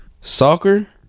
Soccer